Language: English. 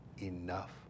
Enough